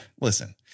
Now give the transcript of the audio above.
Listen